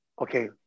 okay